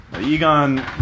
Egon